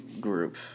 group